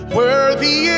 worthy